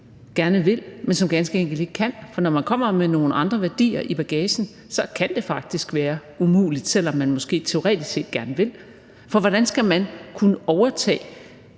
gerne vil, men som ganske enkelt ikke kan, for når man kommer med nogle andre værdier i bagagen, så kan det faktisk være umuligt, selv om man måske teoretisk set gerne vil, for hvordan skal man kunne overtage